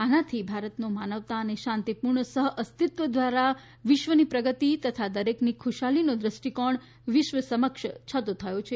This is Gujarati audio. આનાથી ભારતનો માનવતા અને શાંતિપૂર્ણ સહઅસ્તિવ દ્વારા વિશ્વની પ્રગતિ તથા દરેકની ખુશહાલીનો દ્રષ્ટિકોણ વિશ્વ સમક્ષ છતો થયો છે